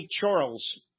Charles